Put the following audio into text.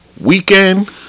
weekend